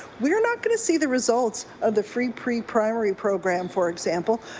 we're not going to see the results of the free preprimary program, for example,